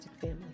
family